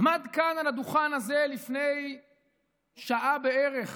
עמד כאן על הדוכן הזה לפני שעה בערך